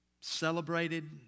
Celebrated